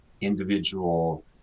individual